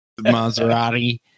Maserati